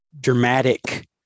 dramatic